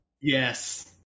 Yes